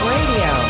Radio